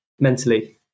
mentally